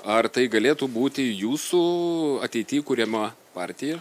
ar tai galėtų būti jūsų ateity kuriama partija